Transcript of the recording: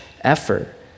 effort